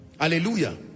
hallelujah